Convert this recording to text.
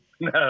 No